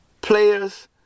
players